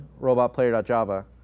robotplayer.java